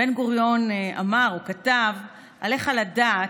בן-גוריון כתב: "עליך לדעת",